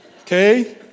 Okay